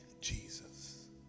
Jesus